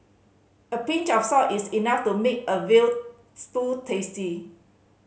a pinch of salt is enough to make a veal tasty